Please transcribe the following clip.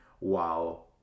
wow